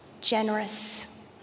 generous